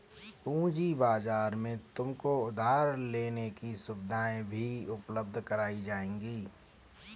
पूँजी बाजार में तुमको उधार लेने की सुविधाएं भी उपलब्ध कराई जाएंगी